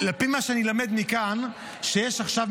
לפי מה שאני למד מכאן, יש עכשיו,